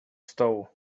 stołu